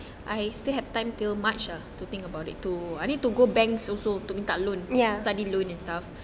ya